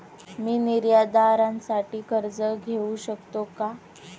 मी निर्यातदारासाठी कर्ज घेऊ शकतो का?